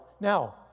now